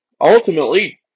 Ultimately